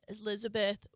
Elizabeth